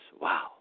Wow